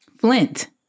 Flint